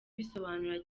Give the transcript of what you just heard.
bisobanurwa